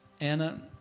Anna